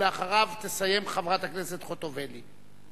אחריו תסיים חברת הכנסת חוטובלי.